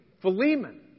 Philemon